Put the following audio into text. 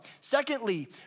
Secondly